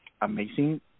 amazing